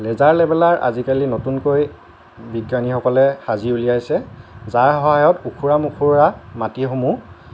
laser leveller আজিকালি নতুনকৈ বিজ্ঞানীসকলে সাজি উলিয়াইছে যাৰ সহায়ত উখোৰা মোখোৰা মাটিসমূহ